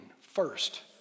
first